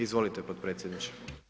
Izvolite podpredsjedniče.